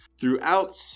throughout